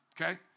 okay